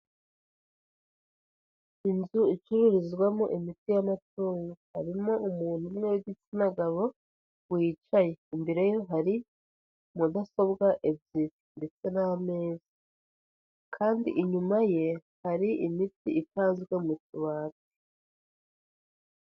Inzu icururizwamo imiti y'amatungo. Harimo umuntu umwe w'igitsina gabo wicaye. Imbere ye hari mudasobwa ebyiri, ndetse n'ameza. Kandi inyuma ye hari imiti ipanzwe mu tubati.